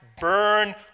burn